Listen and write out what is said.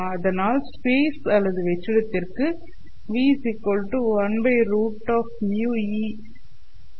அதனால் ஸ்பேஸ் அல்லது வெற்றிடத்திற்கு vp 1√ με ஆகும்